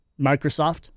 Microsoft